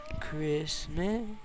Christmas